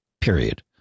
period